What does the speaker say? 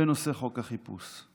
בנושא חוק החיפוש.